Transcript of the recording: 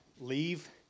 leave